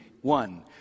One